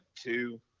two